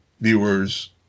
viewers